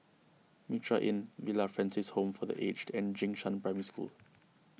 Mitraa Inn Villa Francis Home for the Aged and Jing Shan Primary School